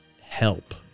help